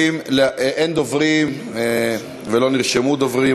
אין דוברים ולא נרשמו דוברים.